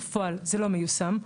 בפועל זה לא מיושם,